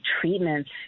treatments